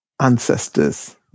ancestors